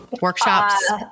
Workshops